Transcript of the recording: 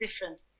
different